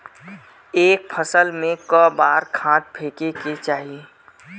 एक फसल में क बार खाद फेके के चाही?